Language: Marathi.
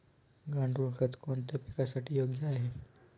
गांडूळ खत कोणत्या पिकासाठी योग्य आहे?